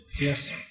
Yes